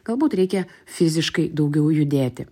galbūt reikia fiziškai daugiau judėti